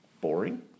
boring